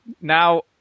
Now